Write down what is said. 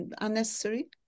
unnecessary